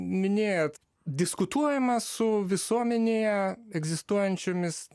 minėjot diskutuojama su visuomenėje egzistuojančiomis